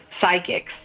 psychics